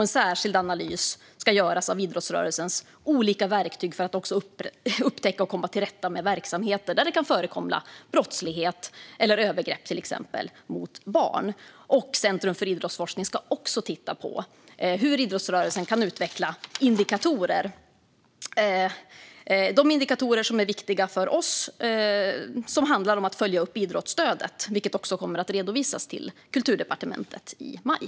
En särskild analys ska göras av idrottsrörelsens olika verktyg för att upptäcka och komma till rätta med verksamheter där det kan förekomma brottslighet eller övergrepp mot barn. Centrum för idrottsforskning ska också titta på hur idrottsrörelsen kan utveckla indikatorer som är viktiga för oss och som handlar om att följa upp idrottsstödet. Detta kommer att redovisas till Kulturdepartementet i maj.